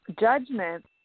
judgment